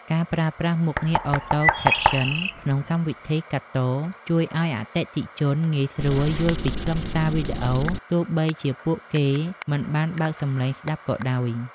ការប្រើប្រាស់មុខងារ Auto Caption ក្នុងកម្មវិធីកាត់ត ជួយឱ្យអតិថិជនងាយស្រួលយល់ពីខ្លឹមសារវីដេអូ ទោះបីជាពួកគេមិនបានបើកសំឡេងស្ដាប់ក៏ដោយ។